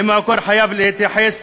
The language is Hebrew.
ואם החוק חייב להתייחס